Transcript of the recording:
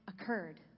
occurred